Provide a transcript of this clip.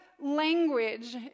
language